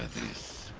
this